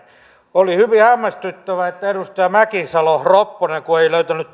oli hyvin hämmästyttävää että kun edustaja mäkisalo ropponen ei löytänyt